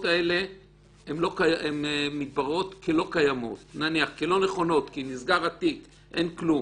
האלה מתבררות לא נכונות כי התיק נסגר ואין כלום,